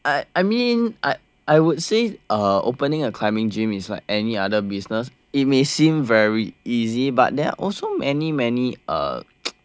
I mean I I would say uh opening a climbing gym is like any other business it may seem very easy but there are also many many uh